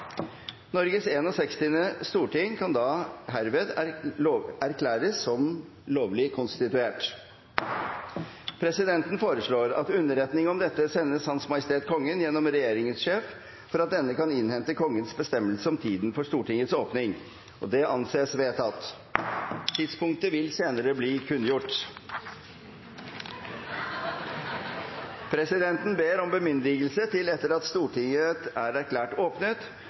Norges 161. storting kan da herved erklæres som lovlig konstituert. Presidenten foreslår at underretning om dette sendes Hans Majestet Kongen gjennom regjeringens sjef, for at denne kan innhente Kongens bestemmelse om tiden for Stortingets åpning. – Det anses vedtatt. Tidspunktet vil bli kunngjort senere. Presidenten ber om bemyndigelse til, etter at Stortinget er erklært åpnet,